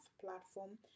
platform